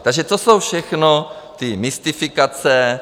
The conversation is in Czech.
Takže to jsou všechno ty mystifikace.